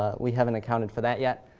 ah we haven't accounted for that yet,